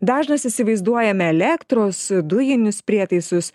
dažnas įsivaizduojame elektros dujinius prietaisus